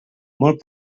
molt